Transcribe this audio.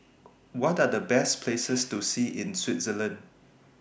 What Are The Best Places to See in Switzerland